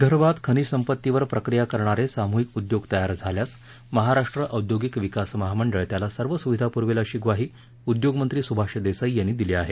विदर्भात खनिज संपत्तीवर प्रक्रिया करणारे सामूहिक उद्योग तयार झाल्यास महाराष्ट्र औद्योगिक विकास महामंडळ त्याला सर्व सुविधा पुरवेल अशी ग्वाही उद्योगमंत्री सुभाष देसाई यांनी दिली आहे